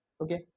okay